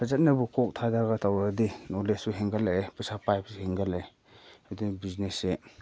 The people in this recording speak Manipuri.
ꯐꯖꯅꯕꯨ ꯀꯣꯛ ꯊꯥꯗꯔꯒ ꯇꯧꯔꯗꯤ ꯅꯣꯂꯦꯖꯁꯨ ꯍꯦꯟꯒꯠꯂꯛꯑꯦ ꯄꯩꯁꯥ ꯄꯥꯏꯕꯁꯨ ꯍꯦꯟꯒꯠꯂꯛꯑꯦ ꯑꯗꯨꯅ ꯕꯤꯖꯤꯅꯦꯁꯁꯦ